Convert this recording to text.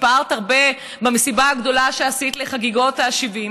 והתפארת הרבה במסיבה הגדולה שעשית לחגיגות ה-70,